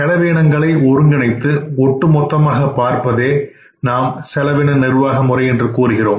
செலவீனங்களை ஒருங்கிணைந்து ஒட்டுமொத்தமாக பார்ப்பதையே நாம் செலவின நிர்வாகமுறை என்று கூறுகிறோம்